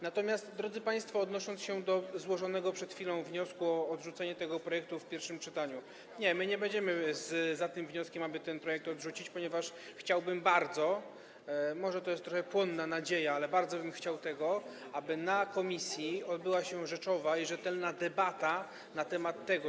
Natomiast, drodzy państwo, odnosząc się do złożonego przed chwilą wniosku o odrzucenie tego projektu w pierwszym czytaniu - nie, my nie będziemy za tym wnioskiem, aby ten projekt odrzucić, ponieważ chciałbym bardzo, może to jest trochę płonna nadzieja, ale bardzo chciałbym, aby w komisji odbyła się rzeczowa i rzetelna debata na ten temat.